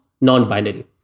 non-binary